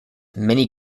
many